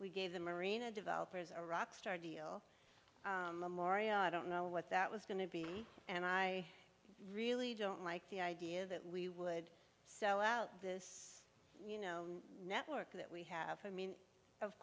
we gave them arena developers a rockstar deal morea i don't know what that was going to be and i really don't like the idea that we would so out this you know network that we have a mean of